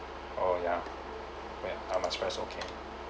oh ya that I must press okay